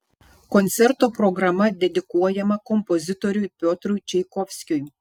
koncerto programa dedikuojama kompozitoriui piotrui čaikovskiui